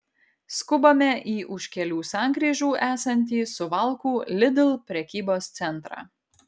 skubame į už kelių sankryžų esantį suvalkų lidl prekybos centrą